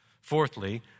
Fourthly